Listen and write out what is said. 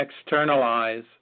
externalize